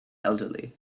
elderly